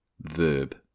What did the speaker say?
verb